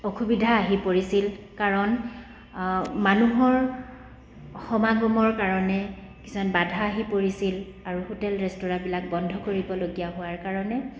অসুবিধা আহি পৰিছিল কাৰণ মানুহৰ সমাগমৰ কাৰণে কিছুমান বাধা আহি পৰিছিল আৰু হোটেল ৰেষ্টুৰাবিলাক বন্ধ কৰিবলগীয়া হোৱাৰ কাৰণে